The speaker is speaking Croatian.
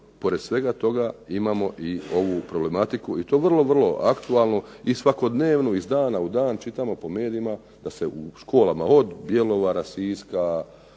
pored svega toga imamo i ovu problematiku i to vrlo, vrlo aktualnu i svakodnevno iz dana u dan čitamo po medijima u školama od Bjelovara, Siska,